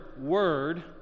word